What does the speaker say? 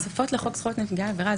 תוספות לחוק נפגעי עבירה,